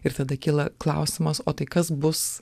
ir tada kyla klausimas o tai kas bus